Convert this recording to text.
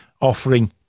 offering